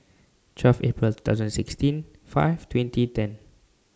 twelve April two thousand sixteen five twenty ten